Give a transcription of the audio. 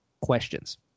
questions